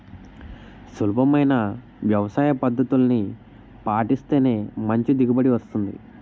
సులభమైన వ్యవసాయపద్దతుల్ని పాటిస్తేనే మంచి దిగుబడి వస్తుంది